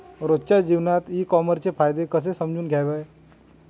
रोजच्या जीवनात ई कामर्सचे फायदे कसे समजून घ्याव?